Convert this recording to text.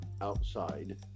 outside